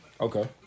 Okay